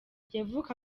yavukaga